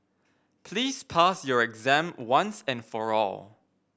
please pass your exam once and for all